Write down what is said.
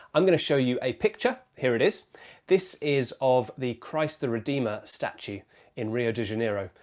i'm going to show you a picture. here it is this is of the christ the redeemer statue in rio de janeiro,